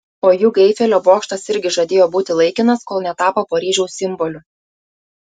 o juk eifelio bokštas irgi žadėjo būti laikinas kol netapo paryžiaus simboliu